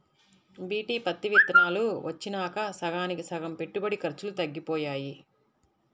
BT పత్తి విత్తనాలు వచ్చినాక సగానికి సగం పెట్టుబడి ఖర్చులు తగ్గిపోయాయి